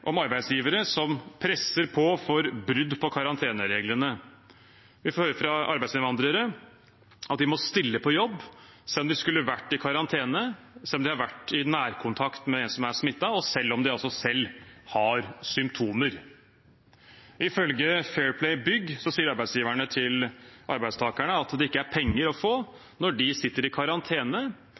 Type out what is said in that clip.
om arbeidsgivere som presser på for brudd på karantenereglene. Vi får høre fra arbeidsinnvandrere at de må stille på jobb selv om de skulle vært i karantene, selv om de har vært i nærkontakt med en som er smittet, og selv om de selv har symptomer. Ifølge Fair Play Bygg sier arbeidsgiverne til arbeidstakerne at det ikke er penger å få når de sitter i karantene.